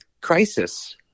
crisis